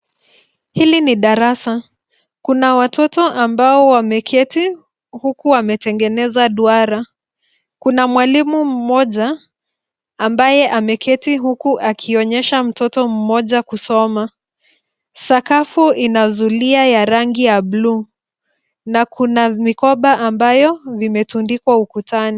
Hili ni darasa. Kuna watoto ambao wameketi huku wametengeneza duara. Kuna mwalimu mmoja ambaye ameketi huku akionyesha mtoto mmoja kusoma. Sakafu ina zulia ya rangi ya buluu na kuna mikoba ambayo vimetundikwa ukutani.